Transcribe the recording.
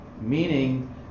meaning